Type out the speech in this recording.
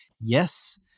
yes